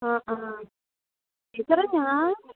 ആ ആ ടീച്ചറേ ഞാൻ